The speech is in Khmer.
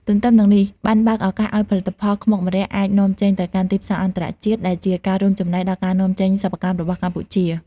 ទន្ទឹមនឹងនេះ បានបើកឱកាសឲ្យផលិតផលខ្មុកម្រ័ក្សណ៍អាច នាំចេញទៅកាន់ទីផ្សារអន្តរជាតិ ដែលជាការរួមចំណែកដល់ការនាំចេញសិប្បកម្មរបស់កម្ពុជា។